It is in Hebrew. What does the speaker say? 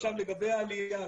עכשיו לגבי העלייה,